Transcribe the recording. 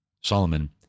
Solomon